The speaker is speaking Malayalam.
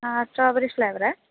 ആ സ്ട്രോബെറി ഫ്ളേവറേ